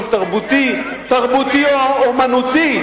שהוא תרבותי או אמנותי,